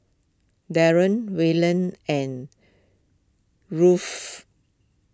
Wayland and